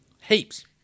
heaps